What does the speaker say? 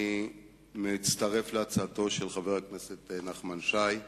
אני מצטרף להצעתו של חבר הכנסת נחמן שי,